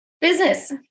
Business